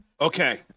Okay